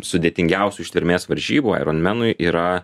sudėtingiausių ištvermės varžybų aironmenui yra